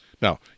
Now